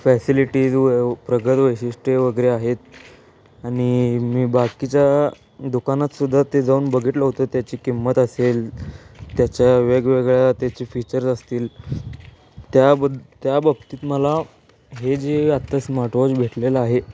facilities व प्रगत वैशिष्ट्ये वगैरे आहेत आणि मी बाकीच्या दुकानातसुद्धा ते जाऊन बघितलं होतं त्याची किंमत असेल त्याच्या वेगवेगळ्या त्याचे फीचर्स असतील त्याबद्ल त्या बाबतीत मला हे जे आत्ता स्मार्टवॉच भेटलेलं आहे